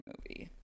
movie